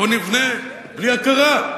בוא נבנה, בלי הכרה,